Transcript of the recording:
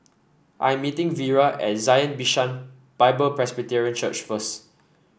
I am meeting Vira at Zion Bishan Bible Presbyterian Church first